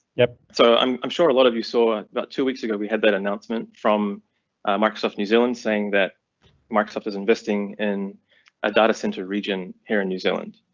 yep, so i'm i'm sure a lot of you saw about two weeks ago. we had that announcement from microsoft new zealand saying that microsoft is investing in a data center region here in new zealand.